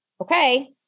okay